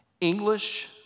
English